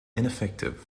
ineffective